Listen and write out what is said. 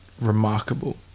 remarkable